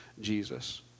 Jesus